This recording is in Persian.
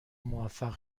موفق